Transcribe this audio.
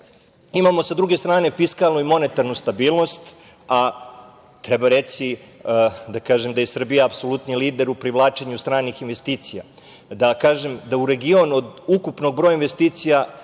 evra. Imamo, sa druge strane, fiskalnu i monetarnu stabilnost, a treba reći, da kažem, da je Srbija apsolutni lider u privlačenju stranih investicija, da kažem da u region od ukupnog broja investicija